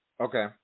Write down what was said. Okay